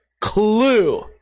clue